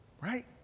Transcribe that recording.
right